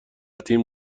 تیم